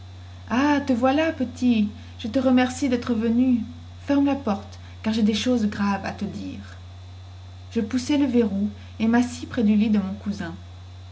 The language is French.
ah te voilà petit je te remercie dêtre venu ferme la porte car jai des choses graves à te dire je poussai le verrou et massis près du lit de mon cousin